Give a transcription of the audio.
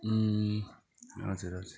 अँ हजुर हजुर